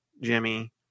Jimmy